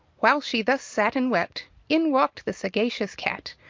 while she thus sat and wept, in walked the sagacious cat,